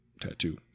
tattoo